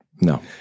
No